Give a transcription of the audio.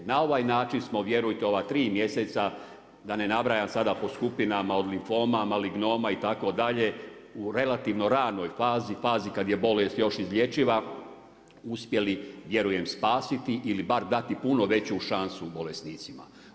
N ovaj način smo vjerujte, ova 3 mjeseca, da ne nabraja sada po skupinama od limfoma, malingnoma itd. u relativnoj ranoj fazi, fazi kada je bolest još izlječiva vjerujem spasiti ili bar dati puno veću šansu bolesnicima.